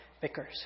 Vickers